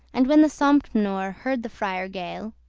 and when the sompnour heard the friar gale,